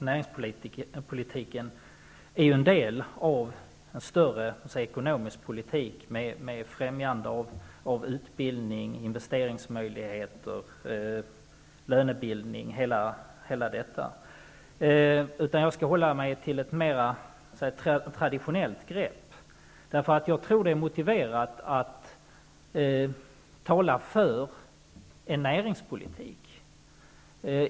Näringspolitiken är en del av en större ekonomisk politik, med främjande av utbildning, investeringsmöjligheter, lönebildning osv. Jag skall hålla mig till ett mera traditionellt grepp. Jag tror att det är motiverat att tala för en näringspolitik.